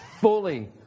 fully